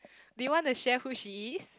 do you want to share who she is